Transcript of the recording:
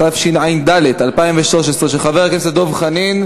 התשע"ד 2013, של חבר הכנסת דב חנין.